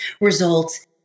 results